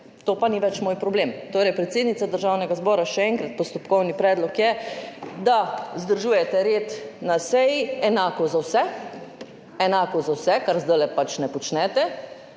to pa ni več moj problem. Torej, predsednica Državnega zbora, še enkrat, postopkovni predlog je, da vzdržujete red na seji enako za vse. Enako za vse – česar zdaj pač ne počnete